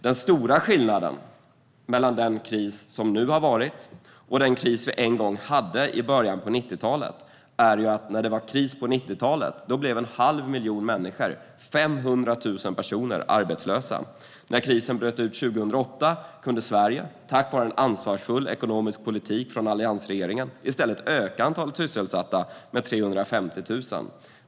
Den stora skillnaden mellan den kris som nu har varit och den kris vi en gång hade i början på 90-talet är att när det var kris på 90-talet blev en halv miljon människor, 500 000 personer, arbetslösa, medan när krisen bröt ut 2008 kunde Sverige, tack vare en ansvarsfull ekonomisk politik från alliansregeringen, i stället öka antalet sysselsatta med 350 000.